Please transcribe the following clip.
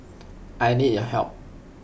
I need your help